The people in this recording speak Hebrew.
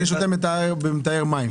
אני שותה ממטהר מים.